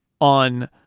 on